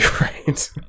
right